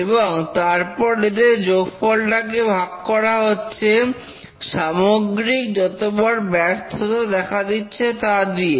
এবং তারপর এদের যোগফল টাকে ভাগ করা হচ্ছে সামগ্রিক যতবার ব্যর্থতা দেখা দিচ্ছে তা দিয়ে